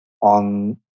on